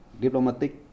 diplomatic